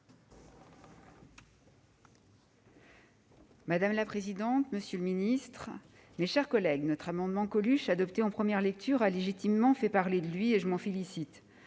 Madame la présidente, monsieur le ministre, mes chers collègues, notre amendement « Coluche » adopté en première lecture a légitimement fait parler de lui, et je m'en félicite.